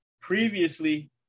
previously